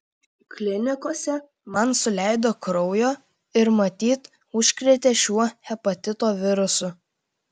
klinikose man suleido kraujo ir matyt užkrėtė šiuo hepatito virusu